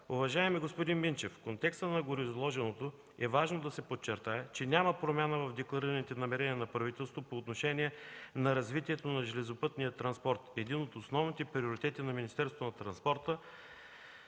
Уважаеми господин Минчев, в контекста на гореизложеното е важно да се подчертае, че няма промяна в декларираните намерения на правителството по отношение на развитието на железопътния транспорт. Един от основните приоритети на Министерството на транспорта,